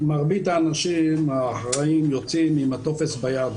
מרבית האנשים האחראיים יוצאים עם הטופס ביד.